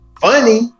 funny